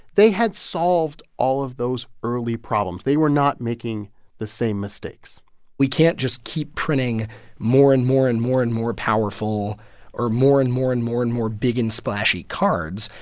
they had solved all of those early problems. they were not making the same mistakes we can't just keep printing more and more and more and more powerful or more and more and more and more big and splashy cards.